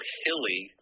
hilly